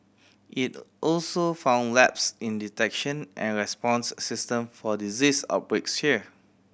it also found lapse in detection and response system for disease outbreaks here